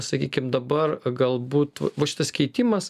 sakykim dabar galbūt va šitas keitimas